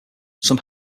some